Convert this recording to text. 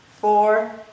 four